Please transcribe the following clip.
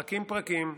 פרקים-פרקים,